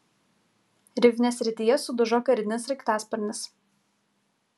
rivnės srityje sudužo karinis sraigtasparnis